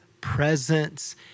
presence